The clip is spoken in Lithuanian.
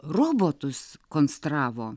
robotus konstravo